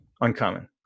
Uncommon